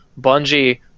Bungie